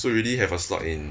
so you already have a slot in